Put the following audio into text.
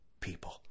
people